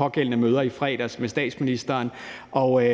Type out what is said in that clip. i de samme møder i fredags med statsministeren, og